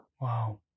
Wow